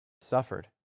suffered